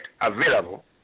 available